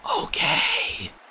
Okay